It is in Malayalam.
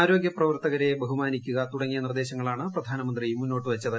ആരോഗൃ പ്രവർത്തകരെ ബഹുമാനിക്കുക തുടങ്ങിയ നിർദ്ദേശങ്ങളാണ് പ്രധാനമന്ത്രി മുന്നോട്ട് വച്ചത്